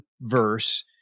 verse